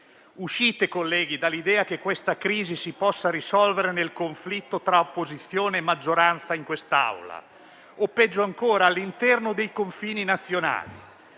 uscite dall'idea che questa crisi si possa risolvere nel conflitto tra opposizione e maggioranza in quest'Aula o, peggio ancora, all'interno dei confini nazionali.